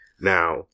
Now